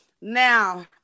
Now